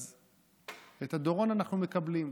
אז את הדורון אנחנו מקבלים.